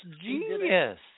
genius